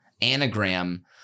anagram